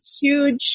huge